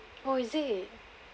or is it